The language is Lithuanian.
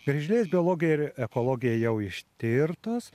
griežlės biologija ir ekologija jau ištirtos